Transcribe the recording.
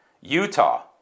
Utah